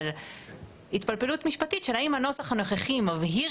אבל זאת התפלפלות משפטית של האם הנוסח הנוכחי מבהיר